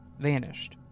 vanished